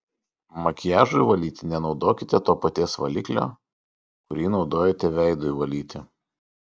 makiažui valyti nenaudokite to paties valiklio kurį naudojate veidui valyti